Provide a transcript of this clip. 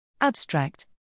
Abstract